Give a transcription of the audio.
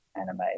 anime